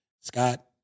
Scott